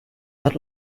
not